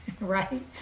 right